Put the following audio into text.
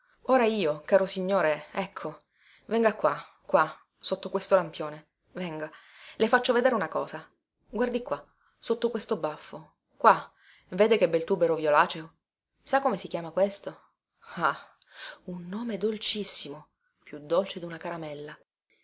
ora io caro signore ecco venga qua qua sotto questo lampione venga le faccio vedere una cosa guardi qua sotto questo baffo qua vede che bel tubero violaceo sa come si chiama questo ah un nome dolcissimo più dolce duna caramella